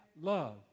Love